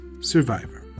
survivor